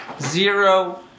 zero